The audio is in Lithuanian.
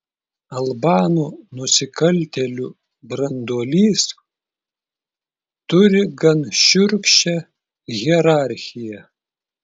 albanų nusikaltėlių branduolys turi gan šiurkščią hierarchiją